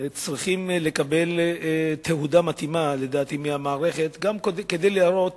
צריך לקבל תהודה מתאימה מהמערכת, גם כדי להראות